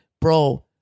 bro